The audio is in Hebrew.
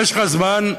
במשך הזמן,